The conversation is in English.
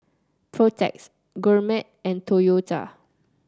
Protex Gourmet and Toyota